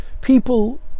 people